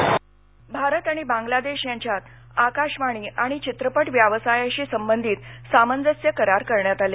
करार भारत आणि बांग्लादेश याच्यात आकाशवाणी आणि चित्रपट व्यवसायाशी संबंधित सामंजस्य करार करण्यात आले